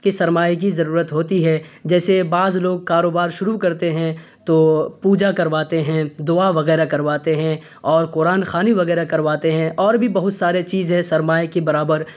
کہ سرمائے کی ضرورت ہوتی ہے جیسے بعض لوگ کاروبار شروع کرتے ہیں تو پوجا کرواتے ہیں دعا وغیرہ کرواتے ہیں اور قرآن خوانی وغیرہ کرواتے ہیں اور بھی بہت سارے چیز ہے سرمائے کے برابر